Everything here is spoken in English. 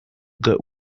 good